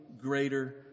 greater